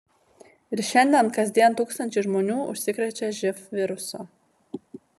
ir šiandien kasdien tūkstančiai žmonių užsikrečia živ virusu